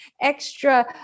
extra